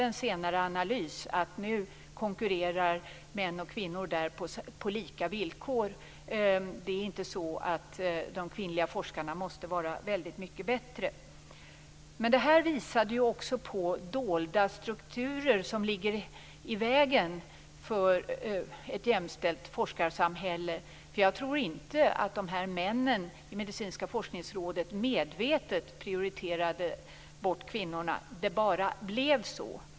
En senare analys visar att nu konkurrerar män och kvinnor där på lika villkor. Det är inte så att de kvinnliga forskarna måste vara väldigt mycket bättre. Detta visade också på dolda strukturer som ligger i vägen för ett jämställt forskarsamhälle. Jag tror inte att männen i Medicinska forskningsrådet medvetet prioriterade bort kvinnorna. Det bara blev så.